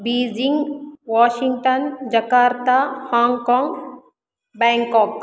Beijing Washington Jakarta Hong Kong Bangkok